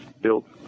built